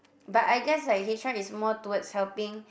but I guess like H_R is more towards helping